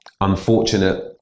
unfortunate